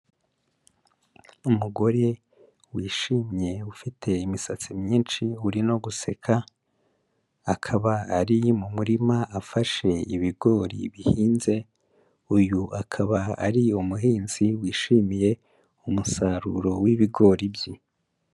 Umugore wishimye ufite imisatsi myinshi uri no guseka, akaba ari mu murima afashe ibigori bihinze, uyu akaba ari umuhinzi wishimiye umusaruro w'ibigori bye.